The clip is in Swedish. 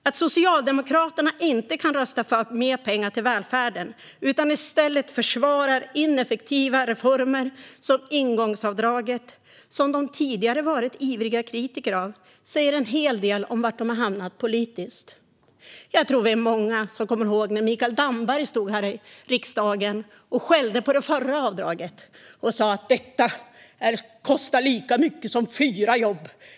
Att Socialdemokraterna inte kan rösta för mer pengar till välfärden utan i stället försvarar ineffektiva reformer som ingångsavdraget som de tidigare varit ivriga kritiker av säger en hel del om var de har hamnat politiskt. Jag tror att vi är många som kommer ihåg när Mikael Damberg stod här i riksdagen och skällde på det förra avdraget: Detta kostar lika mycket som fyra jobb!